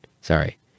sorry